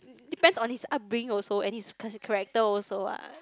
depends on his upbringing also and his ch~ character also what